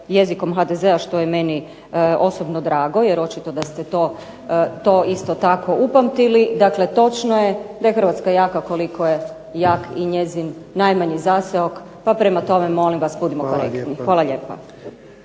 jezikom HDZ-a što je meni osobno drago, jer očito da ste to tako upamtili, točno je to da je Hrvatska jaka koliko je jak njezin najmanji zaseok. Pa molim vas budimo korektni. **Jarnjak,